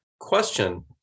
question